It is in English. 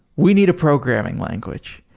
we need a programming language.